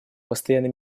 постоянный